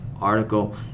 article